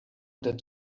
that